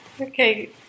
Okay